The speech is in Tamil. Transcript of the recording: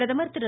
பிரதமர் திரு